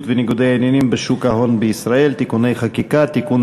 וניגודי העניינים בשוק ההון בישראל (תיקוני חקיקה) (תיקון